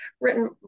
written